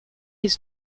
his